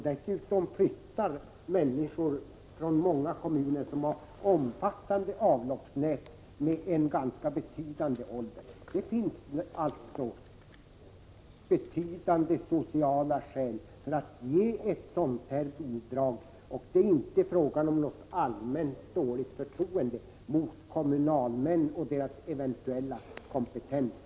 Dessutom flyttar människor från många kommuner som har omfattande avloppsnät med en ganska betydande ålder. Det finns alltså väsentliga sociala skäl för att ge ett sådant här bidrag. Det är inte fråga om något allmänt dåligt förtroende för kommunalmän och deras eventuella kompetens.